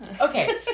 Okay